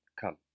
Come